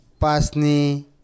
pasni